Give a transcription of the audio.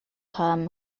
term